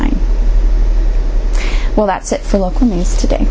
nine well that's it for local news today